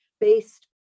based